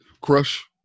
crush